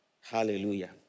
Hallelujah